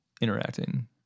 interacting